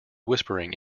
whispering